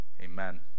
amen